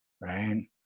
right